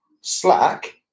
Slack